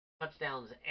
touchdowns